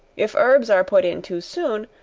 if herbs are put in too soon,